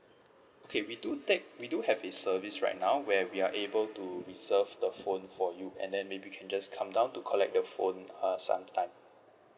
okay we do take we do have a service right now where we are able to reserve the phone for you and then maybe you can just come down to collect the phone uh sometime